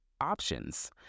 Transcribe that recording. options